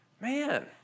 man